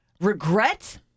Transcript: regret